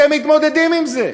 אתם מתמודדים עם זה,